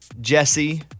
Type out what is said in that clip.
Jesse